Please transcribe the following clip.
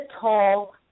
tall